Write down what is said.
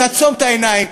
תעצום את העיניים.